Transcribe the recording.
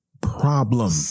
problem